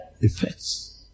Effects